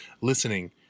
listening